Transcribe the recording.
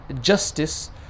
justice